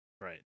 Right